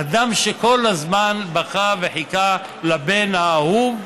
אדם שכל הזמן בכה וחיכה לבן האהוב,